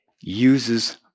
uses